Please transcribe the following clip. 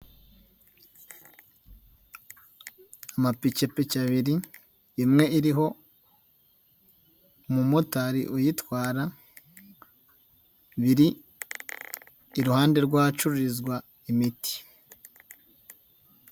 Amapikipiki abiri, imwe iriho umumotari uyitwara, biri iruhande rw'ahacururizwa imiti.